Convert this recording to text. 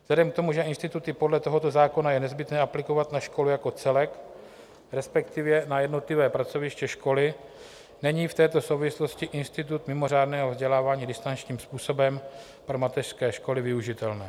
Vzhledem k tomu, že instituty podle tohoto zákona je nezbytné aplikovat na školy jako celek, respektive na jednotlivá pracoviště školy, není v této souvislosti institut mimořádného vzdělávání distančním způsobem pro mateřské školy využitelný.